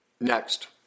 Next